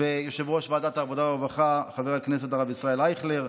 ויושב-ראש ועדת העבודה והרווחה חבר הכנסת הרב ישראל אייכלר,